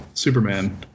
Superman